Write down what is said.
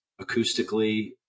acoustically